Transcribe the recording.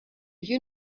you